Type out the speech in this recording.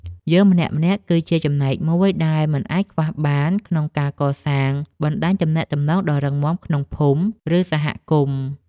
យើងម្នាក់ៗគឺជាចំណែកមួយដែលមិនអាចខ្វះបានក្នុងការកសាងបណ្ដាញទំនាក់ទំនងដ៏រឹងមាំក្នុងភូមិ ឬសហគមន៍។